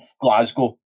Glasgow